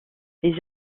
les